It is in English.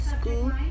school